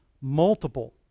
Multiple